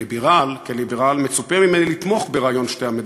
כליברל מצופה ממני לתמוך ברעיון שתי המדינות,